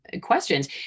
questions